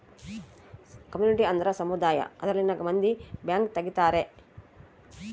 community ಅಂದ್ರ ಸಮುದಾಯ ಅದರಲ್ಲಿನ ಮಂದಿ ಬ್ಯಾಂಕ್ ತಗಿತಾರೆ